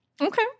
Okay